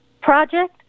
project